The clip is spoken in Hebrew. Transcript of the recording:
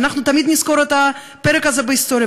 ואנחנו תמיד נזכור את הפרק הזה בהיסטוריה,